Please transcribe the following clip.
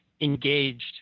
engaged